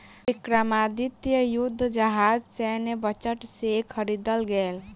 विक्रमादित्य युद्ध जहाज सैन्य बजट से ख़रीदल गेल